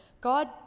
God